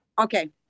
Okay